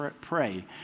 pray